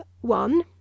one